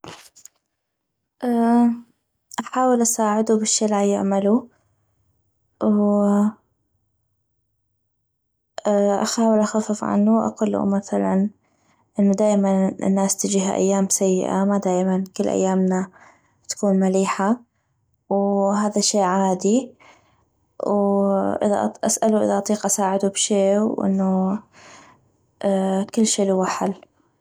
احاول اساعدو بالشي الي عيعملو اخاول اخفف عنو اقلو مثلا انو دائما الناس تجيها ايام سيئة ما دائما كل ايامنا تكون مليحة و هذا الشي عادي واسألو اذا اطيق اساعدو بشي و انو كل شي لوا حل